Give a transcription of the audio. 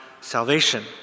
salvation